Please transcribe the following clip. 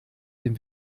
dem